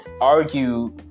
argue